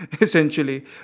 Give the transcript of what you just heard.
essentially